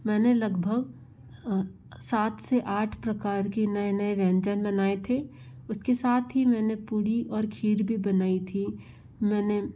मैंने लगभग सात से आठ प्रकार की नए नए व्यंजन बनाए थे उसके साथ ही मैंने पूरी और खीर भी बनाई थी मैंने